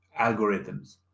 algorithms